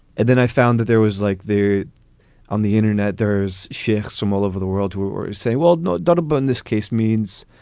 and then i found that there was like there on the internet. there's shifts from all over the world to say, well, no, but but in this case means